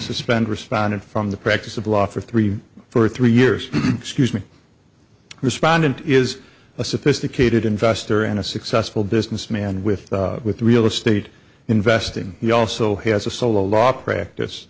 suspend respondent from the practice of law for three for three years excuse me respondent is a sophisticated investor and a successful businessman with with real estate investing he also has a solo law practice